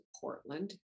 Portland